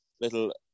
little